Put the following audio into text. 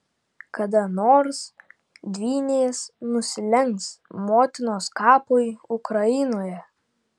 kada nors dvynės nusilenks motinos kapui ukrainoje